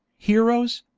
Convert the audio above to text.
heroes,